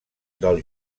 del